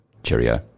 Cheerio